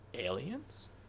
Aliens